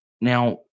Now